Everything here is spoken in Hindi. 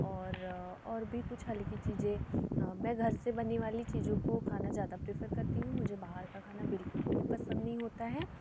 और और भी कुछ हल्की चीज़ें मैं घर से बने वाली चीज़ों को खाना ज़्यादा प्रेफर करती हूँ मुझे बाहर का खाना बिल्कुल भी पसंद नहीं होता है